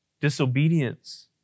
disobedience